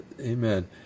amen